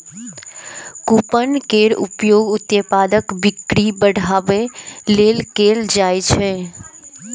coupon केर उपयोग उत्पादक बिक्री बढ़ाबै लेल कैल जाइ छै